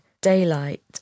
daylight